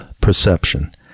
perception